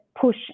push